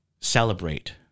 celebrate